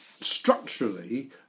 structurally